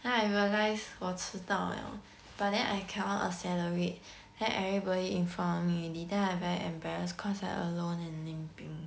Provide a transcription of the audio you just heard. then I realize 我迟到了 but then I cannot accelerate then everybody in front of me already then I very embarrassed cause I alone and limping